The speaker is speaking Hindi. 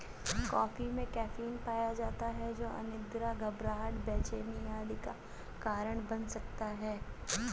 कॉफी में कैफीन पाया जाता है जो अनिद्रा, घबराहट, बेचैनी आदि का कारण बन सकता है